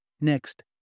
Next